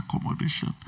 accommodation